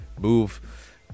move